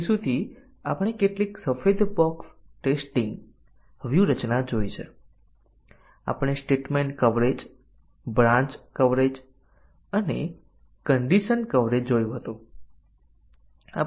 હજી સુધી આપણે સફેદ બોક્ષ ટેસ્ટીંગ અને વિવિધ પ્રકારની કવરેજ પર આધારિત ટેસ્ટીંગ તકનીકીઓ તરફ ધ્યાન આપીએ છીએ